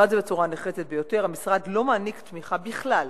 הנחרצת ביותר: המשרד לא מעניק תמיכה בכלל